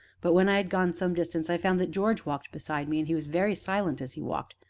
but, when i had gone some distance, i found that george walked beside me, and he was very silent as he walked,